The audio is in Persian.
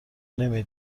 نمی